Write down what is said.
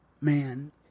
man